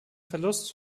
verlust